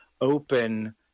open